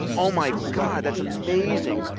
oh, my god, that's amazing.